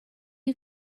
you